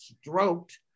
stroked